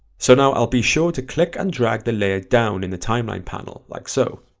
so now i'll be sure to click and drag the layer down in the timeline panel like so.